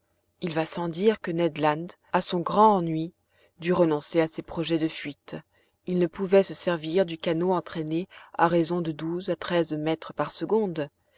il va sans dire que ned land à son grand ennui dut renoncer à ses projets de fuite il ne pouvait se servir du canot entraîné à raison de douze à treize mètres par seconde